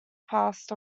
passed